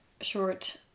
short